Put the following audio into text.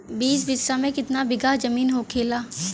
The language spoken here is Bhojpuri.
बीस बिस्सा में कितना बिघा जमीन होखेला?